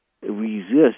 resist